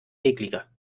ekliger